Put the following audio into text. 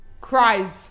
Cries